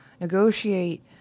negotiate